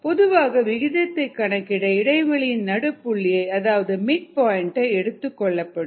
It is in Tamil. பொதுவாக விகிதத்தை கணக்கிட இடைவெளியின் நடுபுள்ளியை அதாவது மிட் பாயிண்ட் எடுத்துக்கொள்ளப்படும்